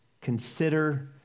consider